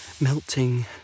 melting